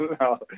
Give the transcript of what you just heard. No